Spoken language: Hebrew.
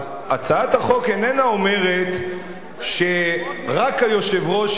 אז הצעת החוק איננה אומרת שרק היושב-ראש,